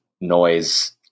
noise